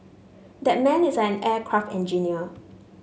that man is an aircraft engineer